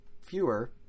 fewer